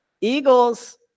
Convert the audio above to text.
Eagles